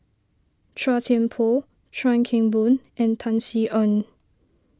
Chua Thian Poh Chuan Keng Boon and Tan Sin Aun